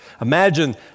Imagine